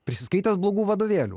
prisiskaitęs blogų vadovėlių